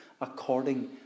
according